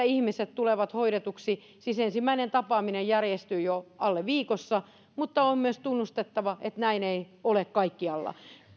ihmiset tulevat hoidetuiksi siis ensimmäinen tapaaminen järjestyy jo alle viikossa mutta on myös tunnustettava että näin ei ole kaikkialla